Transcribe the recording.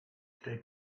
stay